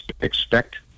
expect